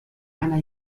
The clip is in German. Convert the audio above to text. einer